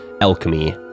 alchemy